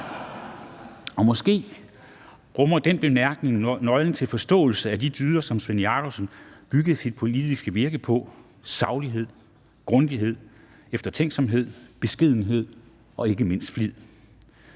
Og måske rummer den bemærkning nøglen til forståelse af de dyder, som Svend Jakobsen byggede sit politiske virke på: saglighed, grundighed, beskedenhed, eftertænksomhed og ikke mindst flid.